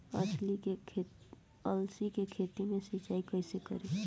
अलसी के खेती मे सिचाई कइसे करी?